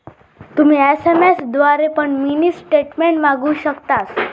तुम्ही एस.एम.एस द्वारे पण मिनी स्टेटमेंट मागवु शकतास